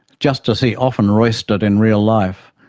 just as he often roistered in real life,